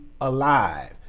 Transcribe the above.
alive